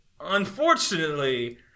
unfortunately